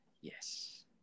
Yes